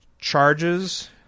charges